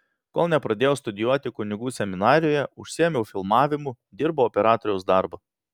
kol nepradėjau studijuoti kunigų seminarijoje užsiėmiau filmavimu dirbau operatoriaus darbą